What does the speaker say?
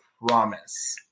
promise